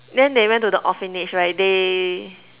then they went to the orphanage right they